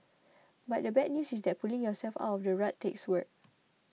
but the bad news is that pulling yourself out of the rut takes work